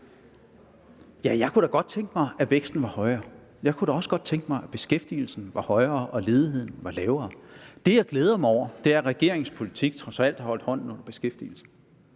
jeg kunne da godt tænke mig, at væksten var højere. Jeg kunne da også godt tænke mig, at beskæftigelsen var højere og ledigheden lavere. Det, jeg glæder mig over, er, at regeringens politik trods alt har holdt hånden under beskæftigelsen.